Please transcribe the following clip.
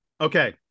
Okay